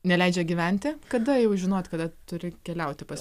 neleidžia gyventi kada jau žinot kada turi keliauti pas